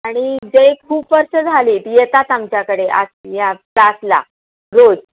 आणि जे खूप वर्ष झाली ती येतात आमच्याकडे आस या क्लासला रोज